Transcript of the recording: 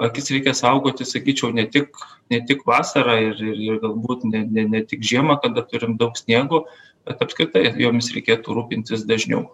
akis reikia saugoti sakyčiau ne tik ne tik vasarą ir ir ir galbūt ne ne ne tik žiemą kada turim daug sniego bet apskritai jomis reikėtų rūpintis dažniau